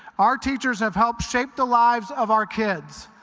our teachers have helped shape the lives of our kids.